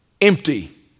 empty